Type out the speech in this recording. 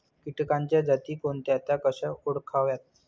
किटकांच्या जाती कोणत्या? त्या कशा ओळखाव्यात?